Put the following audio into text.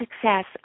success